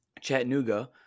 Chattanooga